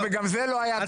טוב, חברים.